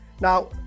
Now